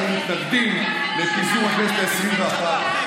אנחנו מתנגדים לפיזור הכנסת העשרים-ואחת,